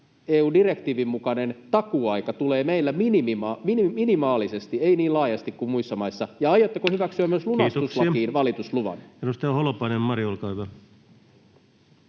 EU-direktiivin mukainen takuuaika tulee meillä minimaalisesti eikä niin laajasti kuin muissa maissa? Ja aiotteko hyväksyä myös lunastuslakiin valitusluvan? [Speech 31] Speaker: